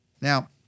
Now